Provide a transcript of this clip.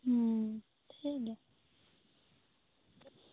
ᱦᱩᱢ ᱴᱷᱤᱠ ᱜᱮᱭᱟ